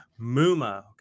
Muma